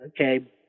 Okay